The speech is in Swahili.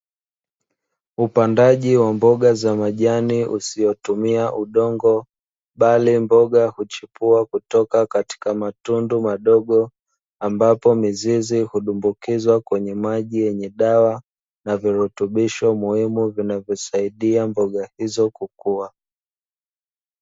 Upandaji wa mboga za majani usiotumia udongo bali mboga huchipua kutoka katika matundu madogo, ambapo mizizi hudumbukizwa kwenye maji yenye dawa na virutubisho muhimu vinavyosaidia mboga hizo kukua.